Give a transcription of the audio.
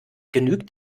genügt